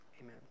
amen